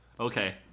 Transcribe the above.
okay